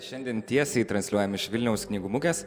šiandien tiesiai transliuojam iš vilniaus knygų mugės